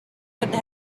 would